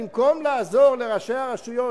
במקום לעזור לראשי הרשויות,